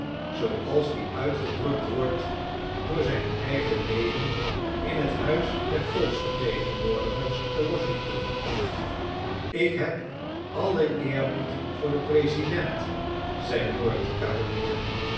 zooals die uitgedrukt wordt door zijn eigen leden in t huis der volksvertegenwoordigers te washington ik heb alien eerbied voor den president zei noord carolina